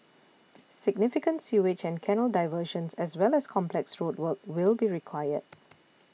significant sewage and canal diversions as well as complex road work will be required